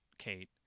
Kate